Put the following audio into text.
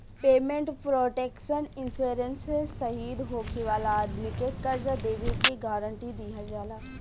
payment protection insurance से शहीद होखे वाला आदमी के कर्जा देबे के गारंटी दीहल जाला